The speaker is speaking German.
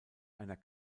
einer